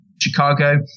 Chicago